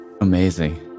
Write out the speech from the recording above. Amazing